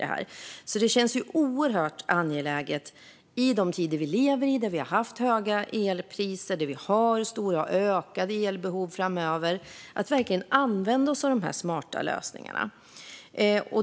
Det känns oerhört angeläget i de tider som vi lever i med höga elpriser och stora ökande elbehov framöver att verkligen använda sig av de smarta lösningarna.